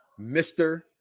Mr